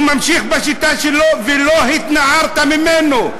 הוא ממשיך בשיטה שלו ולא התנערת ממנו,